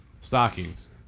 Stockings